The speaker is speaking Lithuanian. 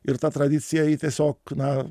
ir ta tradicija ji tiesiog na